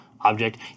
object